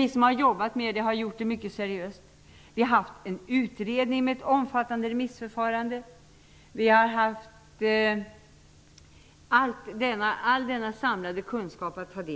Vi som har jobbat med frågan har gjort det mycket seriöst. Vi har gjort en utredning med ett omfattande remissförfarande. Vi har tagit del av all samlad kunskap. Vi har tagit